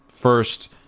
First